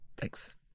thanks